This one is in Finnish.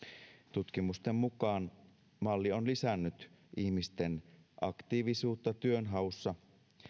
tutkimusten mukaan malli on lisännyt ihmisten aktiivisuutta työnhaussa